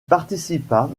participa